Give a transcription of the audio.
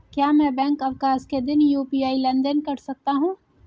क्या मैं बैंक अवकाश के दिन यू.पी.आई लेनदेन कर सकता हूँ?